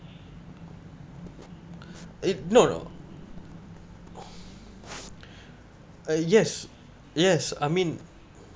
it no no uh yes yes I mean